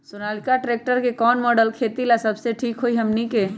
Sonalika tractor के कौन model खेती ला सबसे ठीक होई हमने की?